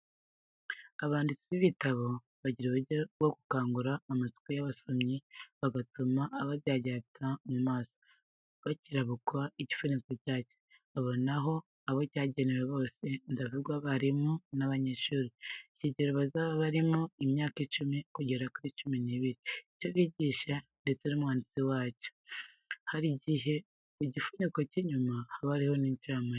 Abanditsi b'ibitabo bagira uburyo bwo gukangura amatsiko y'abasomyi, bagatuma abaryaryata mu maso bakirabukwa igifubiko cyacyo; abonaho abo cyagenewe bose, ndavuga abarimu n'abanyeshuri, ikigero bazaba barimo, imyaka icumi kugeza kuri cumi n'ibiri, icyo kigisha ndetse n'umwanditsi wacyo. Hari igihe ku gifubiko cy' inyuma haba hari incamake.